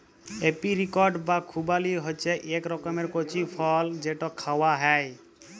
apricot বা খুবালি হছে ইক রকমের কঁচি ফল যেট খাউয়া হ্যয়